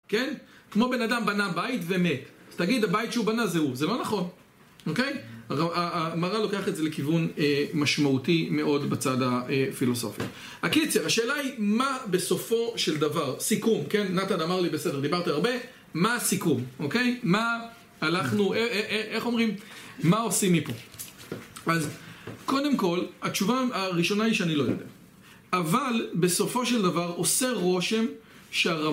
כן? כמו בן אדם בנה בית ומת. אז תגיד הבית שהוא בנה זה הוא. זה לא נכון, אוקיי? המהרל לוקח את זה לכיוון משמעותי מאוד בצד הפילוסופי. הקיצר, השאלה היא מה בסופו של דבר סיכום, כן? נתן אמר לי בסדר, דיברת הרבה מה הסיכום, אוקיי? מה אנחנו... איך אומרים? מה עושים מפה? אז קודם כל, התשובה הראשונה היא שאני לא יודע. אבל בסופו של דבר עושה רושם ש